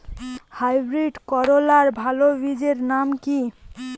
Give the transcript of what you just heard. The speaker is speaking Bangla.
হাইব্রিড করলার ভালো বীজের নাম কি?